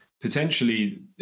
potentially